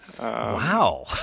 Wow